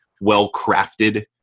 well-crafted